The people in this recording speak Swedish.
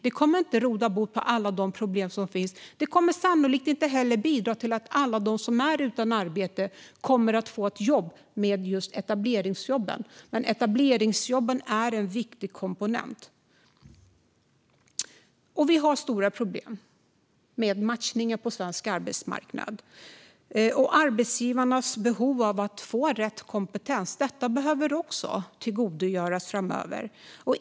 Det kommer inte att råda bot på alla de problem som finns. Just etableringsjobben kommer sannolikt inte heller att bidra till att alla de som är utan arbete kommer att få ett jobb. Men etableringsjobben är en viktig komponent. Vi har stora problem med matchningen på svensk arbetsmarknad och arbetsgivarnas behov att få rätt kompetens. Detta behöver också åtgärdas framöver.